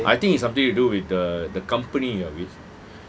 I think it's something to do with the the company ah which